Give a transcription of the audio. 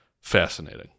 fascinating